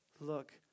Look